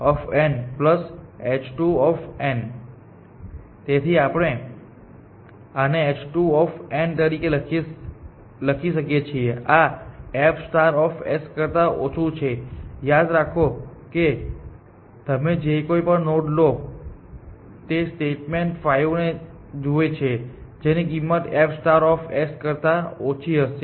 તેથી આપણે આને h2 તરીકે લખી શકીએ છીએ અને આ f કરતા ઓછું છે યાદ રાખો કે તમે જે કોઈ પણ નોડ લો છો તે સ્ટેટમેન્ટ 5 જે તેને જુએ છે કે જેની આ કિંમત f કરતા ઓછી હશે